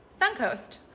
Suncoast